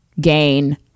gain